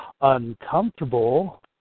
uncomfortable